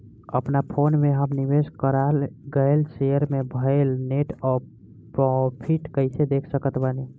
अपना फोन मे हम निवेश कराल गएल शेयर मे भएल नेट प्रॉफ़िट कइसे देख सकत बानी?